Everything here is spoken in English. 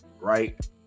right